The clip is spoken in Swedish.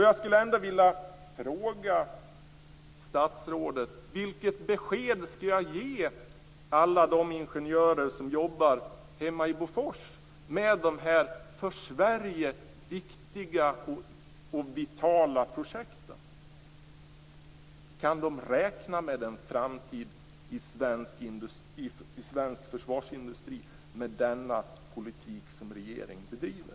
Jag skulle ändå vilja fråga statsrådet vilket besked jag skall ge alla ingenjörer som jobbar hemma i Bofors med dessa för Sverige viktiga och vitala projekt. Kan de räkna med en framtid i svensk försvarsindustri med den politik som regeringen bedriver?